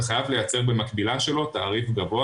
אתה חייב לייצר במקבילה שלו תעריף גבוה